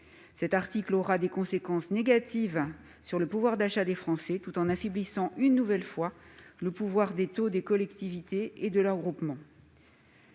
zéro. Il aura des conséquences négatives sur le pouvoir d'achat des Français, tout en affaiblissant une nouvelle fois le pouvoir des collectivités et de leurs groupements